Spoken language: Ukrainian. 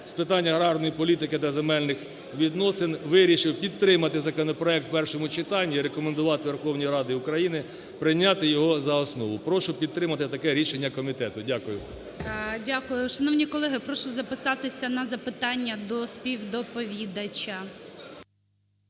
з питань аграрної політики та земельних відносин вирішив підтримати законопроект в першому читанні і рекомендувати Верховній Раді України прийняти його за основу. Прошу підтримати таке рішення комітету. Дякую. ГОЛОВУЮЧИЙ. Дякую. Шановні колеги, прошу записатися на запитання до співдоповідача.